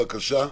תודה.